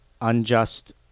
unjust